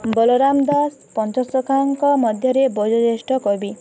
ବଳରାମ ଦାସ ପଞ୍ଚସଖାଙ୍କ ମଧ୍ୟରେ ବୟୋଜ୍ୟେଷ୍ଠ କବି